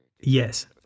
Yes